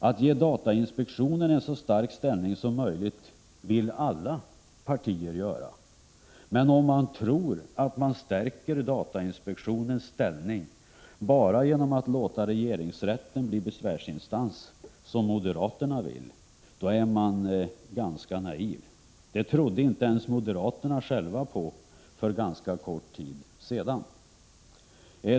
Att ge datainspektionen en så stark ställning som möjligt vill alla partier. Men om man tror att man stärker datainspektionens ställning bara genom att låta regeringsrätten bli besvärsinstans, som moderaterna vill, är man ganska naiv. Det trodde inte ens moderaterna själva på för kort tid sedan.